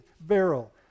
beryl